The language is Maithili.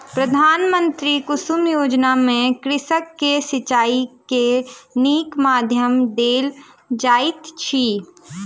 प्रधानमंत्री कुसुम योजना में कृषक के सिचाई के नीक माध्यम देल जाइत अछि